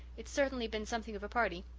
it's certainly been something of a party.